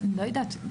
לא יודעת.